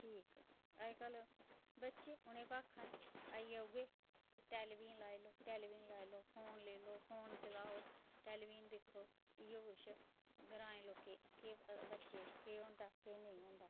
ठीक अज्जकल बच्चे उ'नें गी भाशा नेईं आई गे उयै टेलीविजन लाई लेऔ टेलीविजन लाई लैओ फोन लेई लैओ फोन चलाओ टेलीविजन दिक्खो इ'यो किश ग्राईं लोकें गी केह् पता बच्चे केह् होंदा केह् नेईं होंदा